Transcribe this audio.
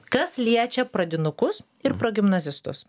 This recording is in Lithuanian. kas liečia pradinukus ir progimnazistus